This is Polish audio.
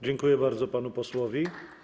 Dziękuję bardzo panu posłowi.